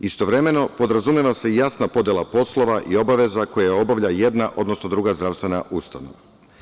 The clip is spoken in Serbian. Istovremeno, podrazumeva se i jasna podela poslova i obaveza koje obavlja jedna, odnosno druga zdravstvena ustanova.